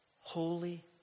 Holy